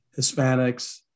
Hispanics